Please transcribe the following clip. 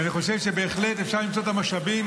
אני חושב שבהחלט אפשר למצוא את המשאבים,